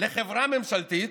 לחברה ממשלתית